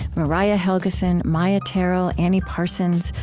mariah helgeson, maia tarrell, annie parsons,